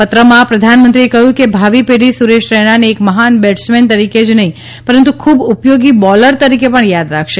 પત્રમાં પ્રધાનમંત્રીએ કહ્યું છે કે ભાવિપેઢી સુરેશ રૈનાને એક મહાન બેટ્સમેન તરીકે જ નહીં પરંતુ ખૂબ ઉપયોગી બોલર તરીકે પણ યાદ રાખશે